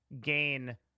gain